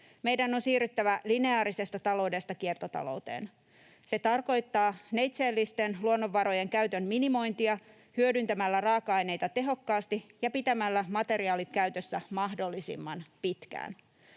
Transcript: Meidän on siirryttävä lineaarisesta taloudesta kiertotalouteen. Se tarkoittaa neitseellisten luonnonvarojen käytön minimointia hyödyntämällä raaka-aineita tehokkaasti ja pitämällä materiaalit käytössä mahdollisimman pitkään.